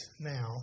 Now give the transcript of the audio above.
now